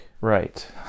Right